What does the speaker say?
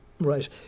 Right